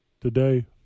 today